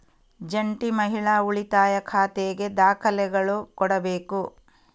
ಜಂಟಿ ಮಹಿಳಾ ಉಳಿತಾಯ ಖಾತೆಗಾಗಿ ದಾಖಲೆಗಳು ಕೊಡಬೇಕು